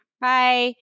Bye